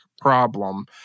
problem